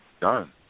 done